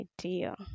idea